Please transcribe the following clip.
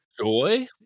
joy